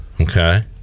okay